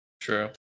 True